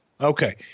Okay